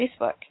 Facebook